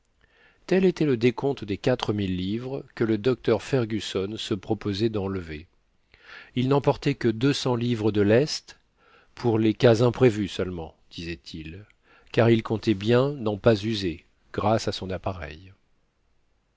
tel était le décompte des quatre mille livres que le docteur fergusson se proposait d'enlever il n'emportait que deux cents livres de lest pour les cas imprévus seulement disait-il car il comptait bien n'en pas user grâce à son appareil